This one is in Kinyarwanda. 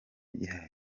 gihari